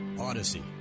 Odyssey